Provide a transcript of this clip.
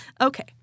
Okay